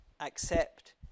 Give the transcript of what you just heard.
accept